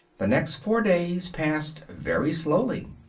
the next four days passed very slowly.